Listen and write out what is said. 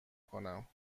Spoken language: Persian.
کنم